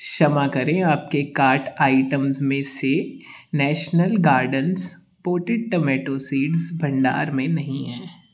क्षमा करें आपके कार्ट आइटम्स में से national gardens potted tomato seeds भंडार में नहीं है